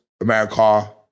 America